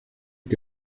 que